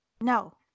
No